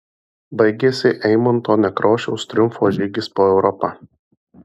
baigėsi eimunto nekrošiaus triumfo žygis po europą